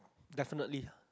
definitely